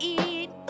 eat